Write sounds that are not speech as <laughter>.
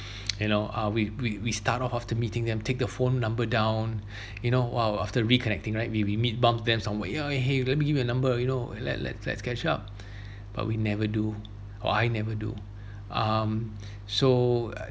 <breath> <noise> you know uh we we we start off of the meeting then take the phone number down <breath> you know !wow! after reconnecting right we we meet bump them somewhere yeah !hey! let me give you the number you know let let's let's catch up <breath> but we never do or I never do <breath> um <breath> so uh